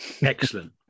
Excellent